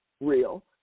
real